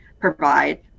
provide